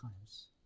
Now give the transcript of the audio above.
times